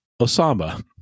Osama